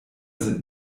sind